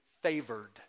favored